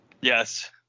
Yes